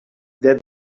that